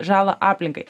žalą aplinkai